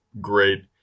great